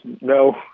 no